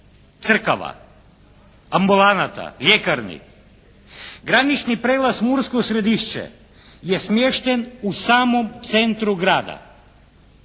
crkava, ambulanata, ljekarni. Granični prijelaz Mursko Središće je smješten u samom centru grada.